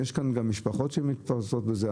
יש כאן גם משפחות שמתפרנסות מזה,